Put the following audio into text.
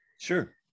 Sure